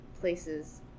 places